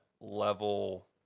level